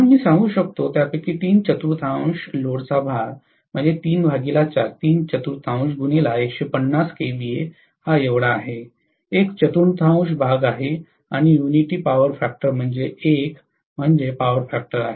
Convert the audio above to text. म्हणून मी सांगू शकतो त्यापैकी तीन चतुर्थांश लोडचा भार आहे एक चतुर्थांश भाग आहे आणि यूनिटी पॉवर फॅक्टर म्हणजे 1 म्हणजे पॉवर फॅक्टर